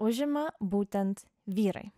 užima būtent vyrai